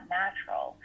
natural